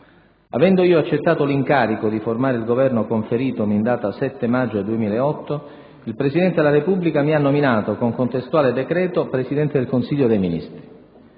Avendo io accettato l'incarico di formare il Governo conferitomi in data 7 maggio 2008, il Presidente della Repubblica mi ha nominato, con contestuale decreto, Presidente del Consiglio dei Ministri.